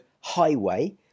highway